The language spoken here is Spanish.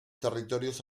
territorios